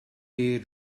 day